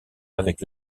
avec